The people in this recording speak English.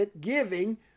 giving